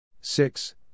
six